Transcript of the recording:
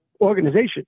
organization